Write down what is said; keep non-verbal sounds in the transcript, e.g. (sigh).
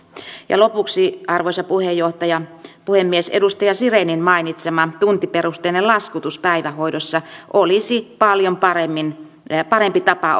lopuksi arvoisa puhemies edustaja sirenin mainitsema tuntiperusteinen laskutus päivähoidossa olisi paljon parempi tapa (unintelligible)